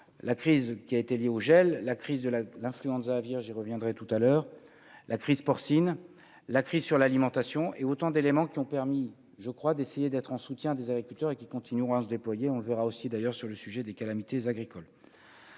la crise qui a été lié au gel, la crise de la l'influenza aviaire, j'y reviendrai tout à l'heure, la crise porcine, la crise sur l'alimentation et autant d'éléments qui ont permis, je crois, d'essayer d'être en soutien des agriculteurs et qui continueront à se déployer, on le verra aussi d'ailleurs sur le sujet des calamités agricoles.